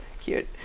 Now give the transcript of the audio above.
Cute